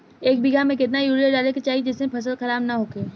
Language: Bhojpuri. एक बीघा में केतना यूरिया डाले के चाहि जेसे फसल खराब ना होख?